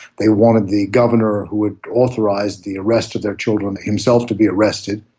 they wanted the governor who had authorised the arrest of their children himself to be arrested,